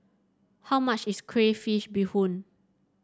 how much is Crayfish Beehoon